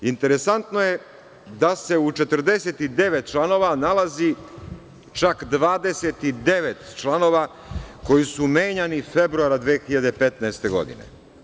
Interesantno je da se u 49 članova nalazi čak 29 članova koji su menjani februara 2015. godine.